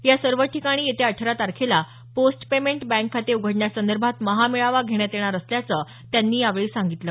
या सर्व ठिकाणी येत्या अठरा तारखेला पोस्ट पेमेंट बँक खाते उघडण्यासंदर्भात महामेळावा घेण्यात येणार असल्याचं त्यांनी यावेळी सांगितलं